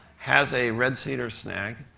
has a red cedar snag.